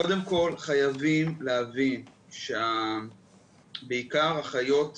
קודם כל חייבים להבין שבעיקר אחיות אפידמיולוגיות,